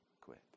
quit